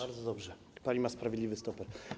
Bardzo dobrze, pani ma sprawiedliwy stoper.